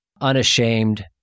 unashamed